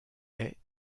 haies